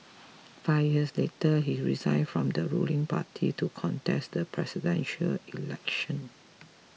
five years later he resigned from the ruling party to contest the Presidential Election